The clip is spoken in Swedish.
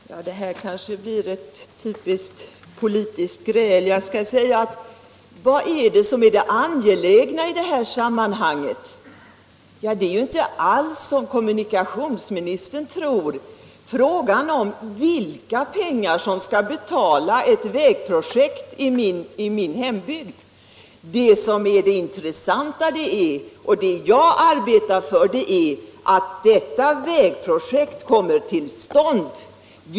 Herr talman! Det här kanske blir ett typiskt politiskt gräl. Jag vill fråga: Vad är det angelägna i det här sammanhanget? Det är inte alls, som kommunikationsministern tror, frågan om vilka pengar som skall betala ett vägprojekt i min hembygd. Det intressanta — och det som jag arbetar för — är att detta vägprojekt kommer till stånd.